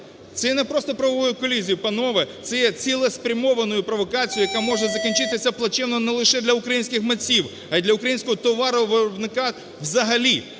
Це є не просто правовою колізією. Панове, це є цілеспрямованою провокацією, яка може закінчитися плачевно не лише для українських митців, а й українського товаровиробника взагалі,